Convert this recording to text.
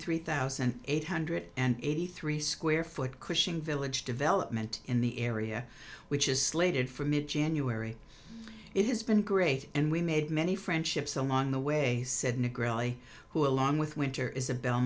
three thousand eight hundred and eighty three square foot cushing village development in the area which is slated for mid january it has been great and we made many friendships along the way said nick really who along with winter isabel